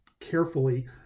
carefully